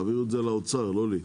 תעבירו את זה לאוצר, לא אליי.